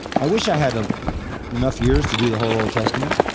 i wish i had ah enough years to do the whole old testament.